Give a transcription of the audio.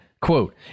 Quote